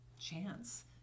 chance